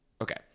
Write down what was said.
okay